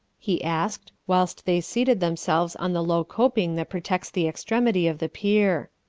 he asked, whilst they seated themselves on the low coping that protects the extremity of the pier.